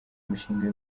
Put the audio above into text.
imishinga